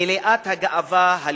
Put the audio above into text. מלאת הגאווה הלאומית,